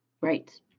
Right